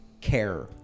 care